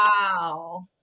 Wow